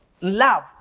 love